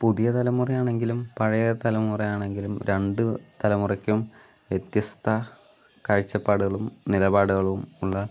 പുതിയ തലമുറ ആണെങ്കിലും പഴയ തലമുറ ആണെങ്കിലും രണ്ടു തലമുറക്കും വ്യത്യസ്ത കാഴ്ചപ്പാടുകളും നിലപാടുകളും ഉള്ള